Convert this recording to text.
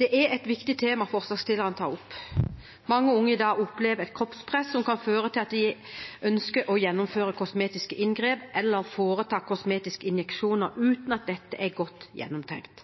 et viktig tema forslagsstillerne tar opp. Mange unge i dag opplever et kroppspress som kan føre til at de ønsker å gjennomføre kosmetiske inngrep eller foreta kosmetiske injeksjoner uten at dette er godt gjennomtenkt.